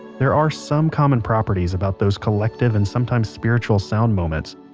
there are some common properties about those collective and sometimes spiritual sound moments,